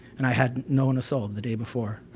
and i hadn't known a sole the day before.